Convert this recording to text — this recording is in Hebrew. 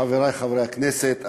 חברי חברי הכנסת,